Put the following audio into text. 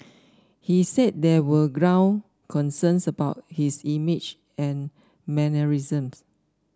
he said there were ground concerns about his image and mannerisms